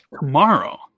tomorrow